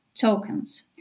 tokens